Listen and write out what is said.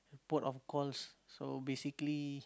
port of calls so basically